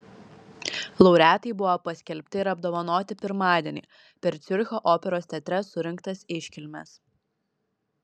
laureatai buvo paskelbti ir apdovanoti pirmadienį per ciuricho operos teatre surengtas iškilmes